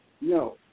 No